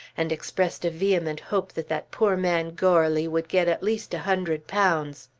and expressed a vehement hope that that poor man goarly would get at least a hundred pounds.